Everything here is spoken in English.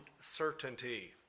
certainty